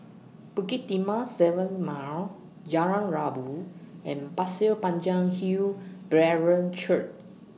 Bukit Timah seven Mile Jalan Rabu and Pasir Panjang Hill Brethren Church